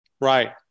Right